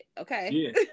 Okay